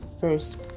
first